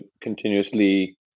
continuously